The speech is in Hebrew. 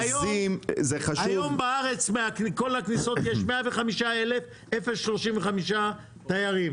היום בארץ כל הכניסות יש 105,035 תיירים.